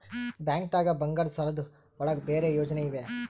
ಬ್ಯಾಂಕ್ದಾಗ ಬಂಗಾರದ್ ಸಾಲದ್ ಒಳಗ್ ಬೇರೆ ಯೋಜನೆ ಇವೆ?